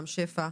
רם שפע,